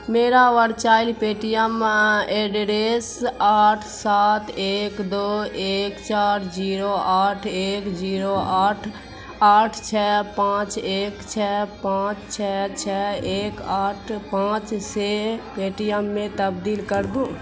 میرا virtual Paytm address آٹھ سات ایک دو ایک چار جیرو آٹھ ایک جیرو آٹھ آٹھ چھ پانچ ایک چھ پانچ چھ چھ ایک آٹھ پانچ سے پے ٹی ایم میں تبدیل کر دوں